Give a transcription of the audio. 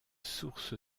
source